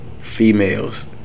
Females